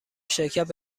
شرکت